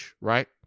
right